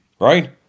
right